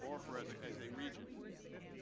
or as ah as a region